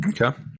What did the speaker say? Okay